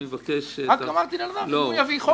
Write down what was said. אני מבקש --- רק אמרתי לאלעזר שהוא יביא חוק,